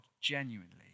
genuinely